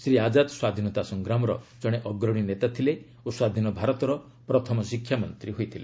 ଶ୍ରୀ ଆଜାଦ୍ ସ୍ୱାଧୀନତା ସଂଗ୍ରାମର ଜଣେ ଅଗ୍ରଣୀ ନେତା ଥିଲେ ଓ ସ୍ୱାଧୀନ ଭାରତର ପ୍ରଥମ ଶିକ୍ଷାମନ୍ତ୍ରୀ ହୋଇଥିଲେ